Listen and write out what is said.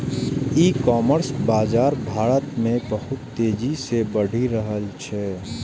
e commerce बाजार भारत मे बहुत तेजी से बढ़ि रहल छै